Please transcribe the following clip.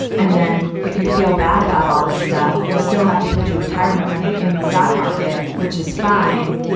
and then if you feel bad about all this stuff, you still have to put your retirement money in the stock market, which is fine.